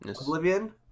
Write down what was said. Oblivion